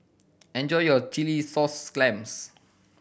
enjoy your chilli sauce clams